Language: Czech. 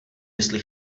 jestli